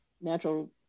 natural